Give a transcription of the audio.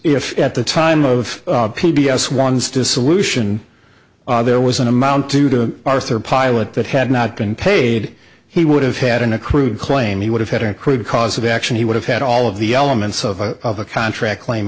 if at the time of p b s one's dissolution there was an amount due to arthur pilot that had not been paid he would have had an accrued claim he would have had accrued cause of action he would have had all of the elements of the contract claim